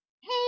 Hey